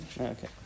okay